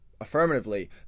affirmatively